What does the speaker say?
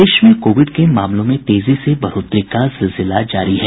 प्रदेश में कोविड के मामलों में तेजी से बढ़ोतरी का सिलसिला जारी है